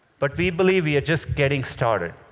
but we believe we are just getting started.